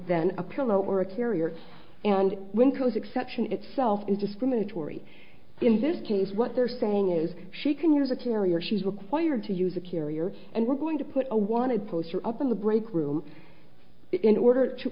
then a pillow or a carrier and when clothes exception itself interest from a tory in this case what they're saying is she can use a carrier she's required to use a carrier and we're going to put a wanted poster up in the break room in order to